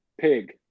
Pig